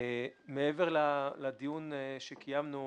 מעבר לדיון שקיימנו,